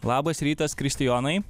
labas rytas kristijonai